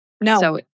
No